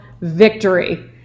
victory